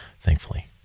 Thankfully